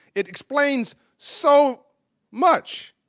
it explains so much,